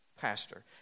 pastor